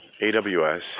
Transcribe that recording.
AWS